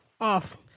off